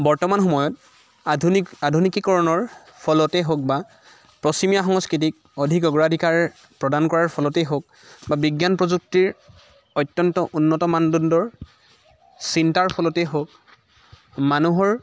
বৰ্তমান সময়ত আধুনিক আধুনিকীকৰণৰ ফলতে হওক বা পশ্চিমীয়া সংস্কৃতিক অধিক অগ্ৰাধিকাৰ প্ৰদান কৰাৰ ফলতে হওক বা বিজ্ঞান প্ৰযুক্তিৰ অত্যন্ত উন্নত মানদণ্ডৰ চিন্তাৰ ফলতে হওক মানুহৰ